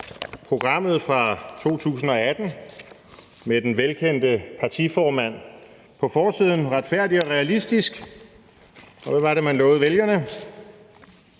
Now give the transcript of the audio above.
programmet her fra 2018 med den velkendte partiformand på forsiden, »Retfærdig og Realistisk«. Hvad var det, man lovede vælgerne?